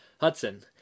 Hudson